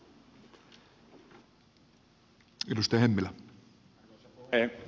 arvoisa puhemies